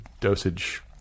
dosage